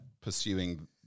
pursuing